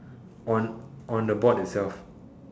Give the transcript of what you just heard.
on on the board it'self